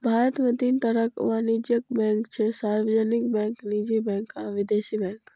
भारत मे तीन तरहक वाणिज्यिक बैंक छै, सार्वजनिक बैंक, निजी बैंक आ विदेशी बैंक